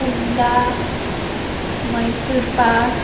कुंदा मैसूर पाक